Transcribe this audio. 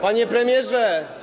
Panie premierze.